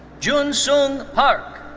jun sung park.